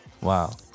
Wow